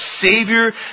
Savior